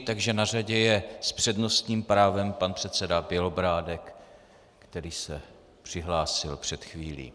Takže na řadě je s přednostním právem pan předseda Bělobrádek, který se přihlásil před chvílí.